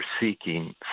seeking